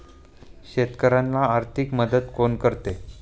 शेतकऱ्यांना आर्थिक मदत कोण करते?